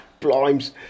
blimes